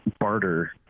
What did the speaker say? barter